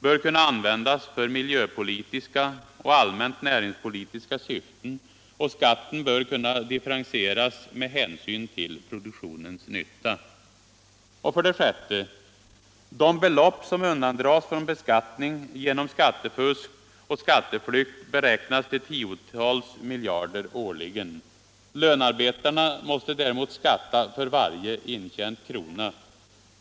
bör kunna användas för miljöpolitiska och allmänt näringspolitiska syften och skatten bör kunna differentieras med hänsyn till produktionens nytta. 6. De belopp som undandras från beskattning genom skattefusk och skatteflykt beräknas till tiotals miljarder årligen. Lönarbetarna måste däremot skatta för varje intjänad krona.